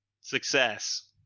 Success